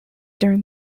during